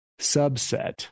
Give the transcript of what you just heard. subset